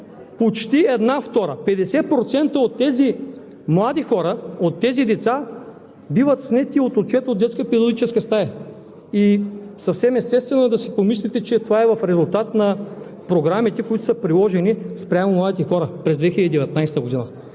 почти една втора – 50% от тези млади хора, от тези деца биват снети от отчет от детска педагогическа стая и съвсем естествено е да си помислите, че това е в резултат на програмите, които са приложени спрямо младите хора през 2019 г.